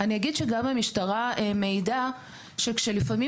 אני אגיד שגם המשטרה מעידה שכשלפעמים